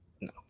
No